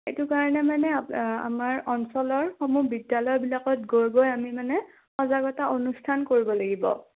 এইটো কাৰণে মানে আমাৰ অঞ্চলৰ সমূহ বিদ্যালয়বিলাকত গৈ গৈ আমি মানে সজাগতা অনুষ্ঠান কৰিব লাগিব